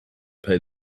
pay